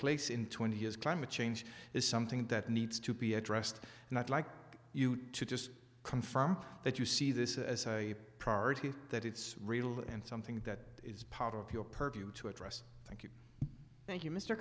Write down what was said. place in twenty years climate change is something that needs to be addressed and i'd like you to just confirm that you see this as a priority that it's real and something that is part of your purview to address thank you thank you mr